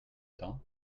temps